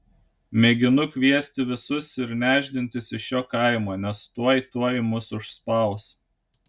mėginu kviesti visus ir nešdintis iš šio kaimo nes tuoj tuoj mus užspaus